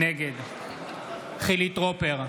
נגד חילי טרופר,